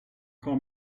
call